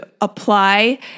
apply